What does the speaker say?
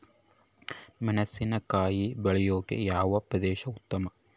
ಮೆಣಸಿನಕಾಯಿ ಬೆಳೆಯೊಕೆ ಯಾವ ಪ್ರದೇಶ ಉತ್ತಮ?